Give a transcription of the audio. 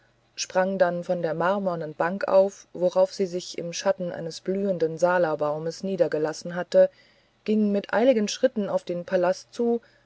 sprang dann von der marmornen bank auf worauf sie sich im schatten eines blühenden salabaumes niedergelassen hatte ging mit eiligen schritten auf den palast zu